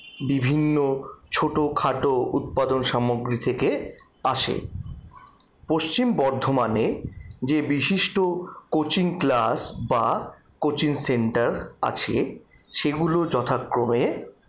বিভিন্ন ছোটোখাটো উৎপাদন সামগ্রী থেকে আসে পশ্চিম বর্ধমানে যে বিশিষ্ট কোচিং ক্লাস বা কোচিং সেন্টার আছে সেগুলো যথাক্রমে